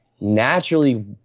naturally